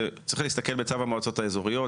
צריך להסתכל בצו המועצות האזוריות,